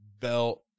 belt